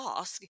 ask